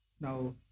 now